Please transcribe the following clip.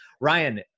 Ryan